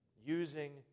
Using